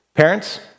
Parents